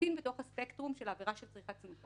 לחלוטין בתוך הספקטרום של העבירה של צריכת זנות,